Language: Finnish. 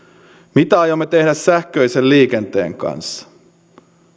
mitä aiomme tehdä sähköisen liikenteen kanssa